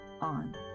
on